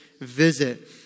visit